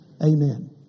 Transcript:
Amen